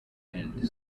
end